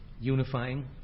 unifying